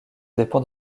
dépend